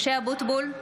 (קוראת בשמות חברי הכנסת) משה אבוטבול,